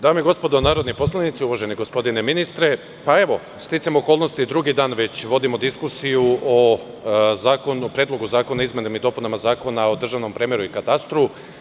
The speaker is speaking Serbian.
Dame i gospodo narodni poslanici, uvaženi gospodine ministre, pa evo, sticajem okolnosti, drugi dan već vodimo diskusiju o Predlogu zakona o izmenama i dopunama Zakona o državnom premeru i katastru.